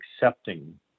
accepting